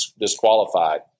disqualified